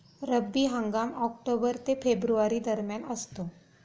रब्बी हंगाम ऑक्टोबर ते फेब्रुवारी दरम्यान असतो